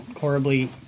horribly